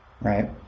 right